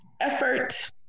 Effort